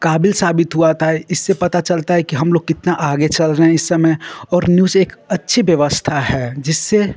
क़ाबिल साबित हुआ था इससे पता चलता है कि हमलोग कितना आगे चल रहे हैं इस समय और न्यूज़ एक अच्छी व्यवस्था है जिससे